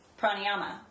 Pranayama